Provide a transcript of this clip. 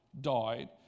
died